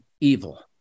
evil